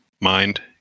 mind